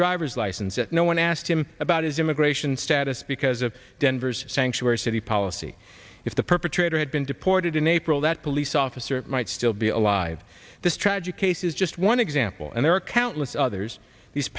driver's license yet no one asked him about his immigration status because of denver's sanctuary city policy if the perpetrator had been deported in april that police officer might still be alive this tragic case is just one example and there are countless others these